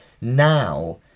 now